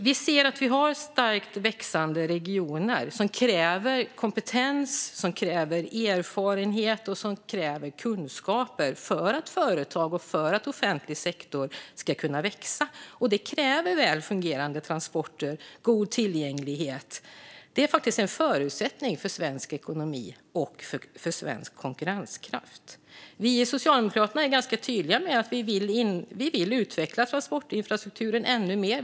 Vi ser att vi har starkt växande regioner som kräver kompetens, erfarenhet och kunskaper för att företag och offentlig sektor ska kunna växa. Det kräver väl fungerande transporter och god tillgänglighet. Det är en förutsättning för svensk ekonomi och för svensk konkurrenskraft. Vi i Socialdemokraterna är ganska tydliga med att vi vill utveckla transportinfrastrukturen ännu mer.